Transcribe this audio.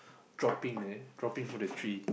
dropping leh dropping from the tree